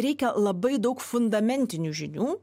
reikia labai daug fundamentinių žinių